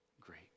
great